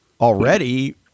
already